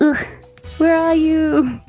where are you?